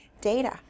Data